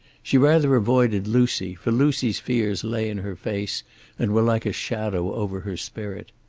she rather avoided lucy, for lucy's fears lay in her face and were like a shadow over her spirit.